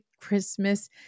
Christmas